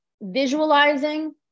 visualizing